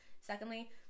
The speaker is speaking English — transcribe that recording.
secondly